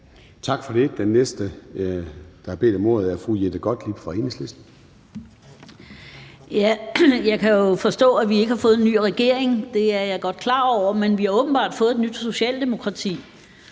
Tak for det. Den næste, der har bedt om ordet, er fru Jette Gottlieb fra Enhedslisten. Kl. 13:50 Jette Gottlieb (EL): Jeg kan forstå, at vi ikke har fået ny regering. Det er jeg godt klar over, men vi har åbenbart fået et nyt Socialdemokrati,